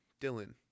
Dylan